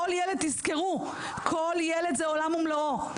תזכרו שכל ילד זה עולם ומלואו,